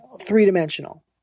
three-dimensional